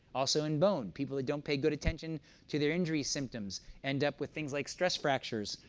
also in bone, people who don't pay good attention to their injury symptoms end up with things like stress fractures,